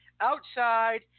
outside